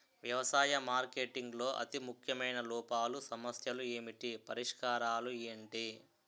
వ్యవసాయ మార్కెటింగ్ లో అతి ముఖ్యమైన లోపాలు సమస్యలు ఏమిటి పరిష్కారాలు ఏంటి?